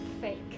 fake